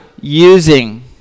using